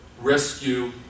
rescue